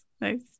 nice